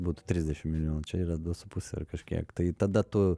būtų trisdešimt milijonų čia yra du su puse ar kažkiek tai tada tu